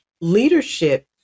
leadership